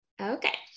okay